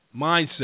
mindset